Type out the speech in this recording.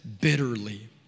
bitterly